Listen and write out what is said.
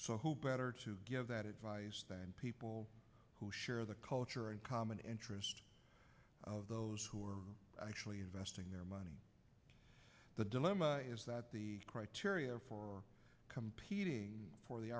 who better to give that advice than people who share the culture and common interest of those who are actually investing their money the dilemma is that the criteria for competing for the